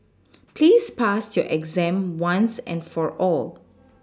please pass your exam once and for all